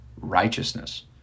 righteousness